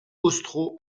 austro